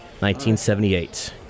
1978